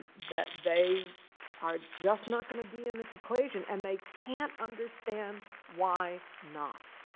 that they are just not going to be in this equation. and they can't understand why not.